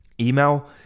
email